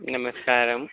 నమస్కారం